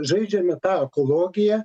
žaidžiame tą ekologiją